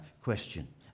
question